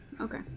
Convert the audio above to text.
okay